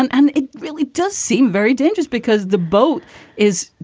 and and it really does seem very dangerous because the boat is,